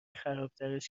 خرابترش